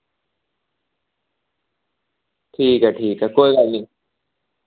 ठीक ऐ ठीक ऐ कोई गल्ल नी